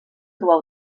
trobar